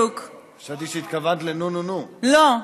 חשבתי שהתכוונת ל: נו, נו, נו.